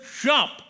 jump